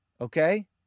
Okay